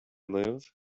live